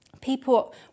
People